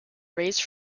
raised